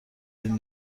این